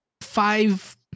five